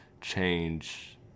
change